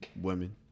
women